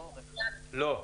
לא.